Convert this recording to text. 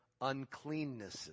uncleannesses